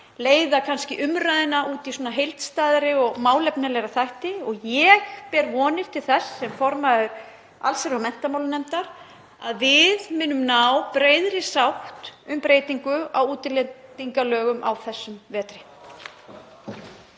leiða kannski umræðuna út í heildstæðari og málefnalegri þætti og ég ber vonir til þess sem formaður allsherjar- og menntamálanefndar að við munum ná breiðri sátt um breytingu á útlendingalögum á þessum vetri.